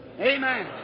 Amen